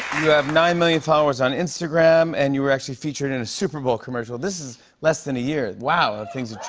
you have nine million followers on instagram and you were actually featured in a super bowl commercial. this is less than a year. wow! how ah things